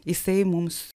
jisai mums